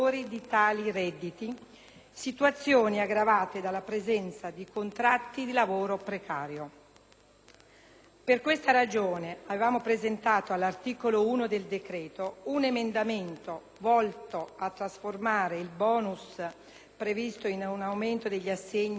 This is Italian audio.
situazione è aggravata dalla presenza di contratti di lavoro precario. Per questa ragione, avevamo presentato un emendamento all'articolo 1 del decreto, volto a trasformare il *bonus* previsto in un aumento degli assegni al nucleo familiare,